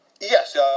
Yes